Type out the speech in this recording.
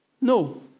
no